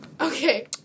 okay